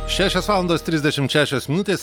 šešios valandos trisdešimt šešios minutės